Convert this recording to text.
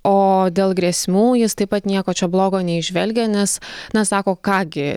o dėl grėsmių jis taip pat nieko čia blogo neįžvelgia nes nes sako ką gi